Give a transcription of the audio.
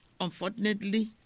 unfortunately